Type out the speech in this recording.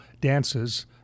dances